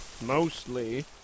Mostly